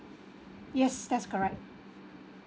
yes that's correct